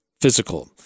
physical